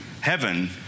heaven